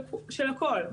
של הכול.